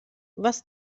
was